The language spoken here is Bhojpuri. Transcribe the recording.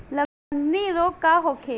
लगंड़ी रोग का होखे?